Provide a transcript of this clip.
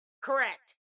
Correct